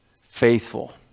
faithful